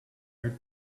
you